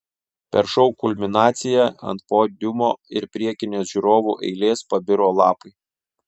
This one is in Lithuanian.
per šou kulminaciją ant podiumo ir priekinės žiūrovų eilės pabiro lapai